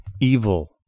evil